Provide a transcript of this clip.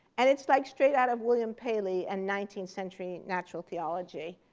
and it's like straight out of william paley and nineteenth century natural theology.